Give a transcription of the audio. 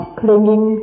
clinging